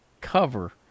cover